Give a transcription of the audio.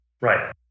Right